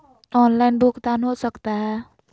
Online भुगतान हो सकता है?